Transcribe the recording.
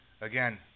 Again